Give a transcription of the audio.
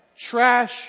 Trash